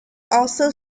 also